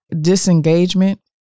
disengagement